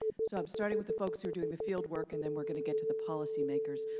so i'm starting with the folks who are doing the fieldwork, and then we're gonna get to the policy makers.